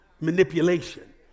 manipulation